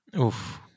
Oof